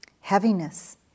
Heaviness